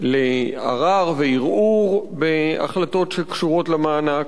לערר וערעור בהחלטות שקשורות למענק,